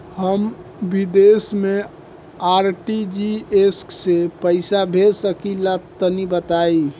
हम विदेस मे आर.टी.जी.एस से पईसा भेज सकिला तनि बताई?